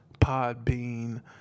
Podbean